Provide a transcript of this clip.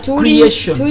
creation